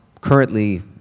Currently